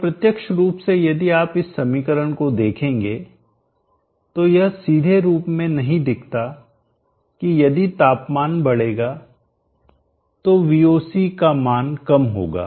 तो प्रत्यक्ष रूप से यदि आप इस समीकरण को देखेंगे तो यह सीधे रूप में नहीं दिखता कि यदि तापमान बढ़ेगा तो VOC का मान कम होगा